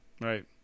Right